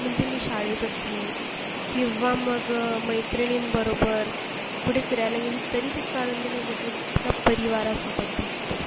मंजे मी शाळेत असली किंवा मग मैत्रिणींबरोबर कुठे फिरायला गेली तरी तितका आनंद नाही भेटत जितका परिवारासोबत भेटतो